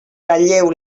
talleu